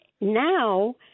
now